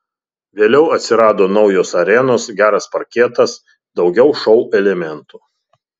vėliau atsirado naujos arenos geras parketas daugiau šou elementų